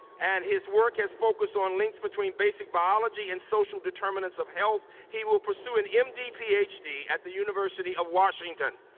and his work has focused on links between basic biology and social determinants of health. he will pursue an m d. ph d. at the university of washington.